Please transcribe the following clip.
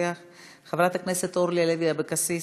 חברת הכנסת אורלי לוי אבקסיס,